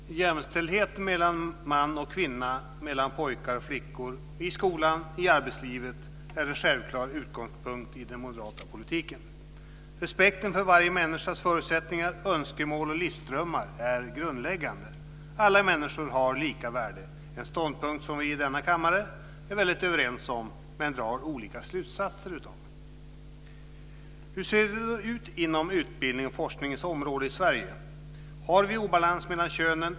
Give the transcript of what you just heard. Herr talman! Jämställdhet mellan man och kvinna, mellan pojkar och flickor i skolan, i arbetslivet är en självklar utgångspunkt i den moderata politiken. Respekten för varje människas förutsättningar, önskemål och livsdrömmar är grundläggande. Alla människor har lika värde. Det är en ståndpunkt som vi i denna kammare är väldigt överens om men drar olika slutsatser av. Hur ser det då ut inom utbildningens och forskningens område i Sverige? Har vi obalans mellan könen?